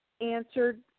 answered